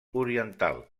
oriental